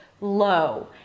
Low